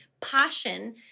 passion